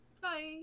Bye